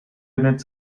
internet